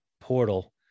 portal